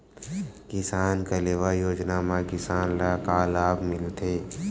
किसान कलेवा योजना म किसान ल का लाभ मिलथे?